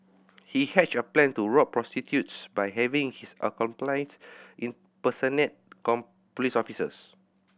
he hatched a plan to rob prostitutes by having his accomplices impersonate police officers